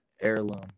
heirloom